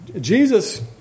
Jesus